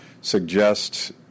suggest